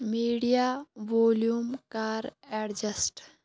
media volume کَر adjust